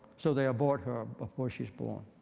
so they abort her before she is born.